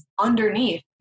underneath